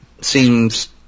seems